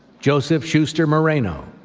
joseph schuster moreno,